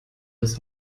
des